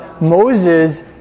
Moses